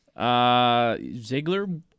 Ziggler